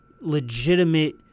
legitimate